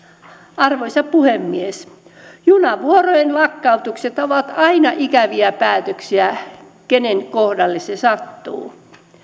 arvoisa puhemies junavuorojen lakkautukset ovat aina ikäviä päätöksiä kenen kohdalle ne sattuvat